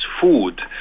food